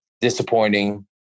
disappointing